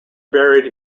buried